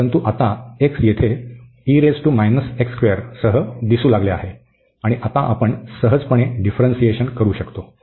परंतु आता x येथे सह दिसू लागले आहे आणि आता आपण सहजपणे डिफ्रन्सिएशन करू शकतो